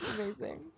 Amazing